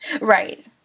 Right